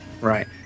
Right